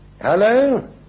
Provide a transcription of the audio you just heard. Hello